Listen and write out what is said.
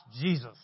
Jesus